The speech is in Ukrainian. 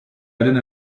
один